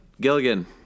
Gilligan